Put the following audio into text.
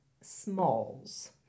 Smalls